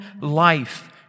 life